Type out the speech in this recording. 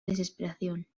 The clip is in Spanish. desesperación